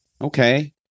Okay